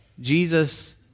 Jesus